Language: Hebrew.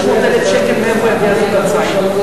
500,000 שקל, מאיפה יביא הזוג הצעיר?